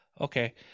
okay